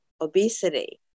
obesity